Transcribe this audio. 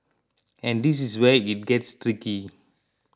and this is where it gets tricky